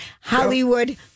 hollywood